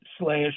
slash